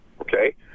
okay